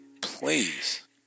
please